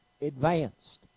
advanced